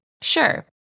Sure